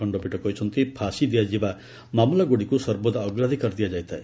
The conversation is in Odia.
ଖଣ୍ଡପୀଠ କହିଛନ୍ତି ଫାଶୀ ଦିଆଯିବା ମାମଲା ଗୁଡ଼ିକୁ ସର୍ବଦା ଅଗ୍ରାଧିକାର ଦିଆଯାଇଥାଏ